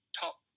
top